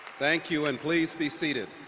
thank you. and please be seated.